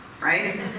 right